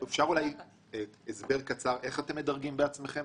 אפשר הסבר קצר איך אתם מדרגים בעצמכם?